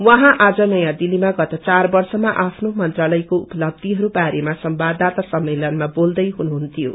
उप्राँ आज नयाँ दिल्लीमा गत घार वर्षमा आफ्नो मन्त्रालयको उपलब्धिहरूबारेमा संवाददाता सम्मेलनमा बोल्दै हुनुहुन्थ्यो